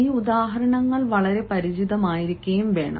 ഈ ഉദാഹരണങ്ങൾ വളരെ പരിചിതമായിരിക്കണം